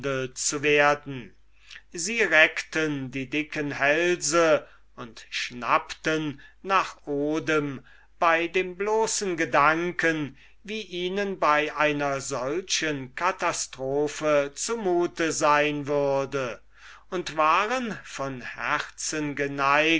zu werden sie reckten die dicken hälse und schnappten nach odem bei dem bloßen gedanken wie ihnen bei einer solchen katastrophe zu mute sein würde und waren von herzen geneigt